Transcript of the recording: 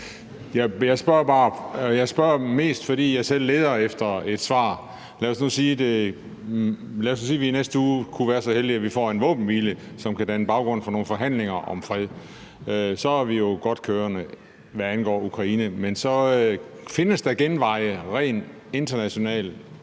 Jeg spørger mest, fordi jeg selv leder efter et svar. Lad os nu sige, at vi i næste uge kunne være så heldige, at vi får en våbenhvile, som kan danne baggrund for nogle forhandlinger om fred, så vil vi jo være godt kørende, hvad angår Ukraine. Men findes der så genveje internationalt